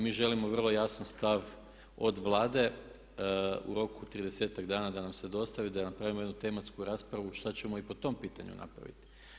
Mi želimo vrlo jasan stav od Vlade u roku 30-ak dana da nam se dostavi da napravimo jednu tematsku raspravu što ćemo i po tom pitanju napraviti.